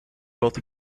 both